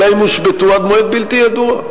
אלא הם הושבתו עד מועד בלתי ידוע.